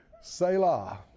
Selah